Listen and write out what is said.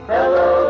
Hello